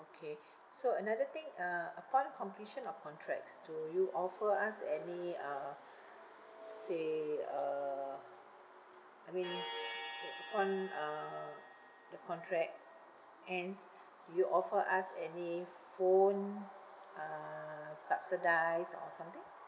okay so another thing uh upon completion of contracts do you offer us any uh say uh I mean u~ upon uh the contract ends do you offer us any phone uh subsidise or something